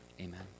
amen